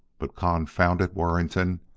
but, confound it, warrington,